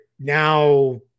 Now